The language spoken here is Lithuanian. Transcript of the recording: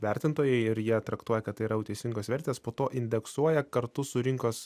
vertintojai ir jie traktuoja kad tai yra jau teisingos vertės po to indeksuoja kartu su rinkos